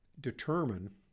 determine